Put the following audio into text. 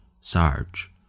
Sarge